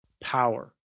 power